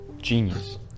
Genius